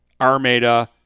Armada